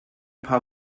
paar